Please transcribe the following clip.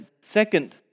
second